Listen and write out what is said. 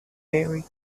theory